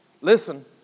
Listen